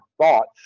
thoughts